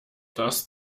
das